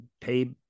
pay